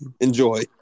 enjoy